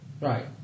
Right